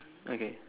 okay